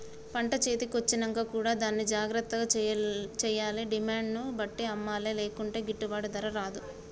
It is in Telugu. పంట చేతి కొచ్చినంక కూడా దాన్ని జాగ్రత్త చేయాలే డిమాండ్ ను బట్టి అమ్మలే లేకుంటే గిట్టుబాటు ధర రాదు